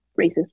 racist